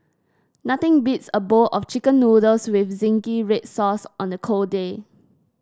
nothing beats a bowl of chicken noodles with zingy red sauce on a cold day